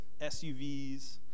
SUVs